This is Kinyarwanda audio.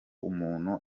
umuntu